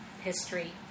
history